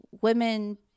women